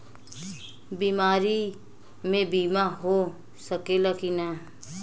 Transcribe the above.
बीमारी मे बीमा हो सकेला कि ना?